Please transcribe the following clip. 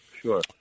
Sure